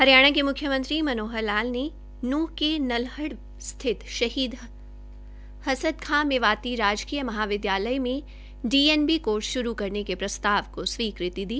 हरियाणा के म्ख्यमंत्री मनोहर लाल ने नूहं के नल्हड़ स्थित हसन खां मेवाती राजकीय महाविद्यालय में डीएनबी कोर्स श्रू करने के प्रस्ताव को स्वीकृति दी